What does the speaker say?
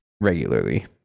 regularly